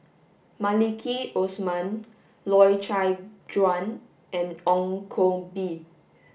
Maliki Osman Loy Chye Chuan and Ong Koh Bee